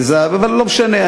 אבל לא משנה,